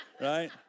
Right